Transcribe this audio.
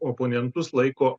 oponentus laiko